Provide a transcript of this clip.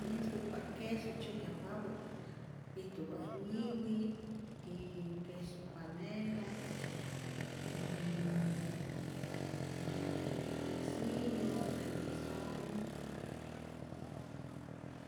Äj ispäkpa't quesu tzyäjkyajpapä, ijtupä' nyiwi, y quesu panela, yy sor ti' quesillo, requesonh, jennn- cual.